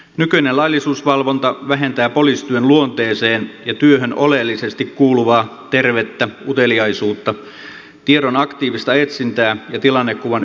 nykyinen laillisuusvalvonta vähentää poliisityön luonteeseen ja työhön oleellisesti kuuluvaa tervettä uteliaisuutta tiedon aktiivista etsintää ja tilannekuvan ylläpitämistä